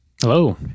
Hello